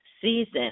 season